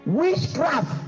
witchcraft